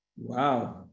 Wow